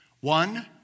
One